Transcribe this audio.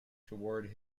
toward